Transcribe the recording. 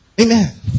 Amen